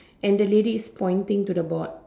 and the lady is pointing to the board